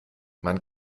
man